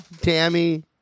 Tammy